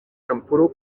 kampulo